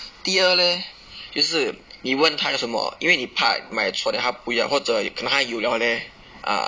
第二 leh 就是你问他要什因为你怕买错 then 他不要或者可能他有了 leh ah